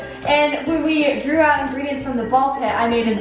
and when we drew out ingredients from the ball pit i made an